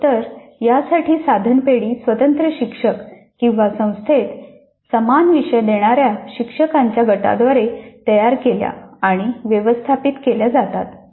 प्रश्नोत्तर यांसाठी साधन पेढी स्वतंत्र शिक्षक किंवा संस्थेत समान विषय देणाऱ्या शिक्षकांच्या गटाद्वारे तयार केल्या आणि व्यवस्थापित केल्या जातात